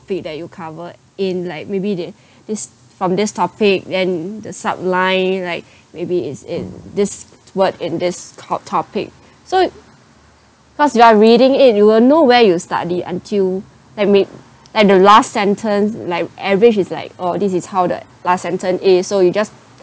~pic that you covered in like maybe this this from this topic then the sub-line like maybe is in this what in this top~ topic so cause you are reading it you will know where you study until I mean and the last sentence like average is like oh this is how the last sentence eh so you just